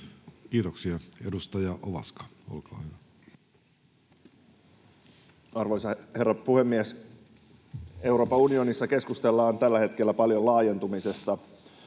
Time: 14:19 Content: Arvoisa herra puhemies! Euroopan unionissa keskustellaan tällä hetkellä paljon laajentumisesta,